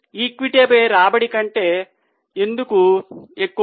ఈక్విటీపై రాబడి కంటే ఎందుకు ఎక్కువ